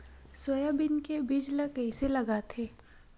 Soybean के बीज ल कइसे लगाथे?